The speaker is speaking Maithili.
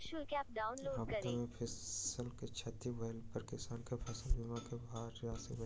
आपदा में फसिल के क्षति भेला पर किसान के फसिल बीमा के राशि भेटलैन